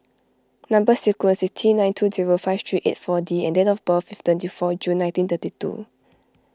Number Sequence is T nine two zero five three eight four D and date of birth is twenty four June nineteen thirty two